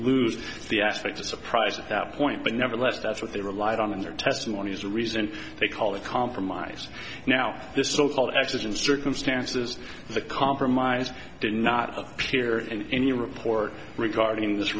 lose the aspects of surprise at that point but nevertheless that's what they relied on in their testimony as a reason they call it compromise now this so called accident circumstances the compromise did not appear in any report regarding this